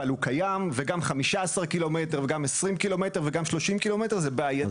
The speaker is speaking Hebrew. אבל הוא קיים וגם 15 ק"מ וגם 20 ק"מ וגם 30 ק"מ זה בעייתי,